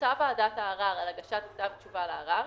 8.(א)הורתה ועדת הערר על הגשת כתב תשובה לערר,